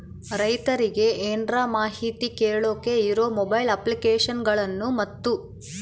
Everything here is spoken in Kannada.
ರೈತರಿಗೆ ಏನರ ಮಾಹಿತಿ ಕೇಳೋಕೆ ಇರೋ ಮೊಬೈಲ್ ಅಪ್ಲಿಕೇಶನ್ ಗಳನ್ನು ಮತ್ತು?